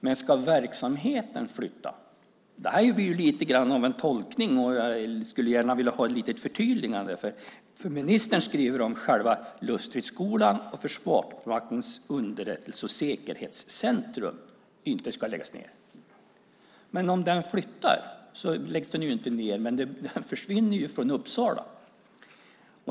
Men ska verksamheten flytta? Det här blir ju lite grann av en tolkning. Jag skulle gärna vilja ha ett litet förtydligande. Ministern skriver att själva Luftstridsskolan och Försvarsmaktens underrättelse och säkerhetscentrum inte ska läggas ned. Om verksamheten flyttar läggs den ju inte ned, men den försvinner från Uppsala.